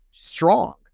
Strong